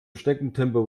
schneckentempo